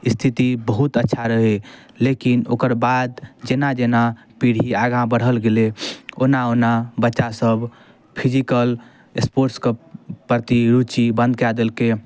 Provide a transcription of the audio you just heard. स्थिति बहुत अच्छा रहै लेकिन ओकर बाद जेना जेना पीढ़ी आगाँ बढ़ल गेलै ओना ओना बच्चासभ फिजिकल स्पोर्ट्सके प्रति रुचि बन्द कऽ देलकै